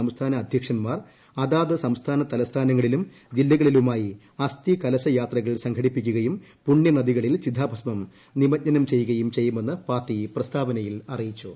സംസ്ഥാന അദ്ധ്യക്ഷൻമാർ അതാത് സംസ്ഥാന തലസ്ഥാനങ്ങളിലും ജില്ലകളിലുമായി അസ്ഥി കലശയാത്രകൾ സംഘടിപ്പി ക്കുകയും പുണ്യനദികളിൽ ചിതാഭസ്മം നിമജ്ജനം ചെയ്യുകയും ചെയ്യുമെന്ന് പാർട്ടി പ്രസ്ഥാവനയിൽ അറിയിച്ചു